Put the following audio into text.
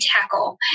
tackle